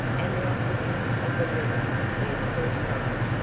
and the occupants of the room prepared for a struggle,